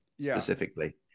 specifically